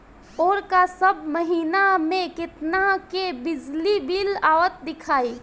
ओर का सब महीना में कितना के बिजली बिल आवत दिखाई